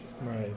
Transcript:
right